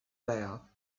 there